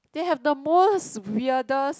they have the most weirdest